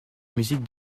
musiques